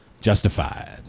Justified